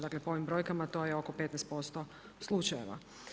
Dakle po ovim brojkama to je oko 15% slučajeva.